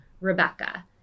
Rebecca